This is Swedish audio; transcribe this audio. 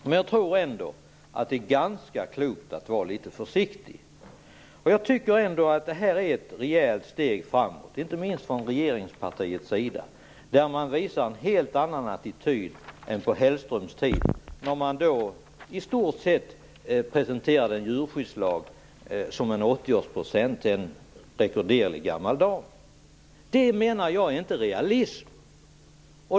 Men jag tror att det är ganska klokt att vara litet försiktigt. Jag tycker ändå att det har tagits ett rejält steg framåt, inte minst från regeringspartiets sida som visar en helt annan attityd än man gjorde på Hellströms tid då man i stort sett presenterade en djurskyddslag som en 80-årspresent till en rekorderlig gammal dam. Det, menar jag, är inte realism.